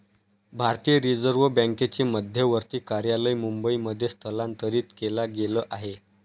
भारतीय रिझर्व बँकेचे मध्यवर्ती कार्यालय मुंबई मध्ये स्थलांतरित केला गेल आहे